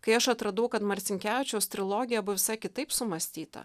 kai aš atradau kad marcinkevičiaus trilogija buvo visai kitaip sumąstyta